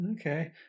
okay